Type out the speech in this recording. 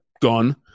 gone